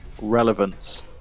relevance